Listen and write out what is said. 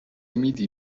میدی